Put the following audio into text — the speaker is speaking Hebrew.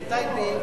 מטייבה,